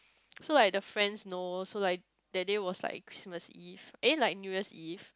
so like the friends know so like that day was like Christmas Eve eh like New Year's Eve